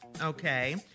okay